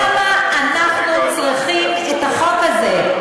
למה אנחנו צריכים את החוק הזה?